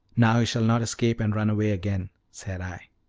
now you shall not escape and run away again, said i.